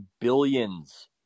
billions